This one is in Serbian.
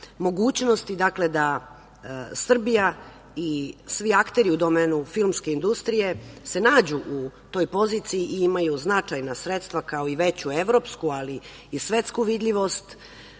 Mogućnosti da Srbija i svi akteri u domenu filmske industrije se nađu u toj poziciji i imaju značajna sredstva, kao i veću evropsku, ali i svetsku vidljivost,